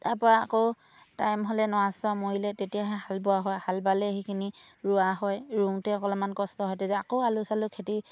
তাৰপৰা আকৌ টাইম হ'লে নৰা চৰা মৰিলে তেতিয়াহে হাল বোৱা হয় হাল বালে সেইখিনি ৰোৱা হয় ৰুওঁতে অলপমান কষ্ট হয় তেতিয়া আকৌ আলু চালু খেতি